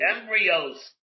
Embryos